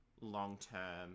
long-term